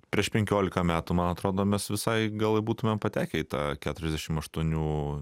prieš penkiolika metų man atrodo mes visai gal būtumėme patekę į tą keturiasdešim aštuonių